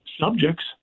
subjects